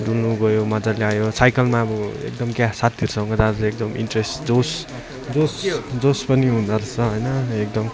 डुल्नु गयो मजाले आयो साइकलमा अब एकदम क्या साथीहरूसँग राजले एकदम इन्ट्रेस्ट जोस जोस पनि हुँदोरहेछ होइन एकदम